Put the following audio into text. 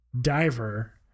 diver